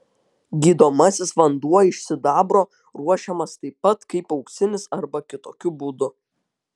gydomasis vanduo iš sidabro ruošiamas taip pat kaip auksinis arba kitokiu būdu